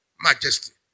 majesty